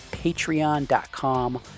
patreon.com